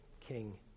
king